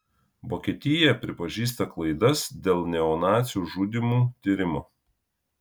vokietija pripažįsta klaidas dėl neonacių žudymų tyrimo